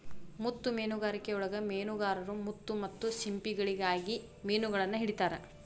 ಮುತ್ತು ಮೇನುಗಾರಿಕೆಯೊಳಗ ಮೇನುಗಾರರು ಮುತ್ತು ಮತ್ತ ಸಿಂಪಿಗಳಿಗಾಗಿ ಮಿನುಗಳನ್ನ ಹಿಡಿತಾರ